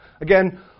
again